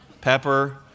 pepper